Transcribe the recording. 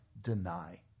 deny